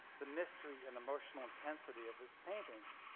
the mystery and emotional intensity of his paintings.